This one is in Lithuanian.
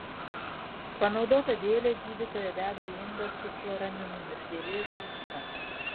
panaudotą dėlę gydytoja deda į indą su chloraminu ir dėlė žūsta